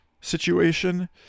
situation